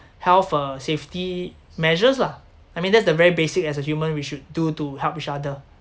health uh safety measures lah I mean that's the very basic as a human we should do to help each other